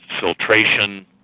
filtration